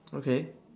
okay